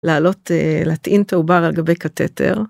לעלות, להטעין את העובר על גבי קטטר.